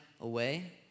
away